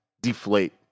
deflate